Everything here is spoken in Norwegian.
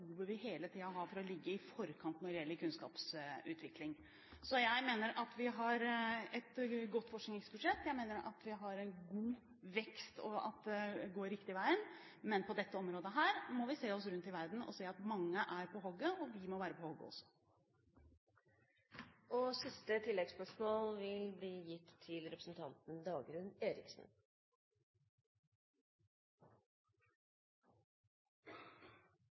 vi hele tiden har for å ligge i forkant når det gjelder kunnskapsutvikling. Jeg mener at vi har et godt forskningsbudsjett. Jeg mener at vi har en god vekst og at det går den riktige veien. Men på dette området må vi se oss om i verden og se at mange er på hogget, og at vi må være på hogget også. Dagrun Eriksen – til siste